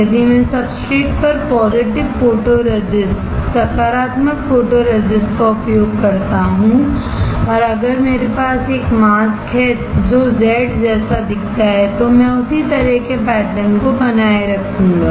यदि मैं सब्सट्रेट पर पॉजिटिव फोटोरेसिस्ट का उपयोग करता हूं और अगर मेरे पास एक मास्क है जो Z जैसा दिखता है तो मैं उसी तरह के पैटर्न को बनाए रखूंगा